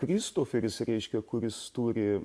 kristoferis reiškia kuris turi